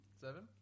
seven